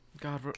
God